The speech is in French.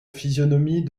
physionomie